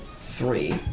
three